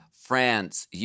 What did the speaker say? France